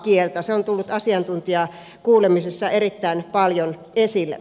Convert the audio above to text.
se on tullut asiantuntijakuulemisissa erittäin paljon esille